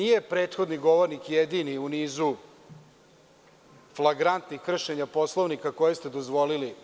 I nije prethodni govornik jedini u nizu flagrantnih kršenja Poslovnika koje ste dozvolili.